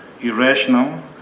irrational